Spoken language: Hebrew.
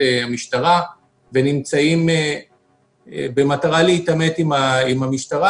המשטרה ונמצאים במטרה להתעמת עם המשטרה,